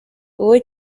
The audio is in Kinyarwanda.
uwo